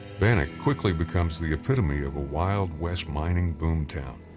bannack quickly becomes the epitome of a wild west mining boomtown,